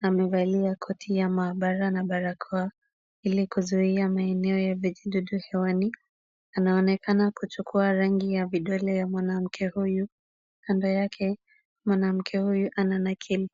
amevalia koti ya mabara na barakoa ili kuzuia maeneo ya vijidudu hewani. Anaonekana kuchukua rangi ya vidole ya mwanamke huyu. Kando yake mwanamke huyu ananakili.